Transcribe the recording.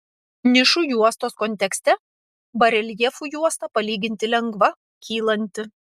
nišų juostos kontekste bareljefų juosta palyginti lengva kylanti